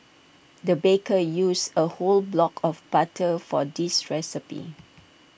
the baker used A whole block of butter for this recipe